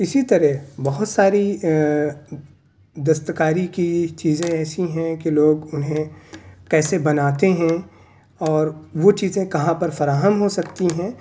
اسی طرح بہت ساری دستکاری کی چیزیں ایسی ہیں کہ لوگ انہیں کیسے بناتے ہیں اور وہ چیزیں کہاں پر فراہم ہو سکتی ہیں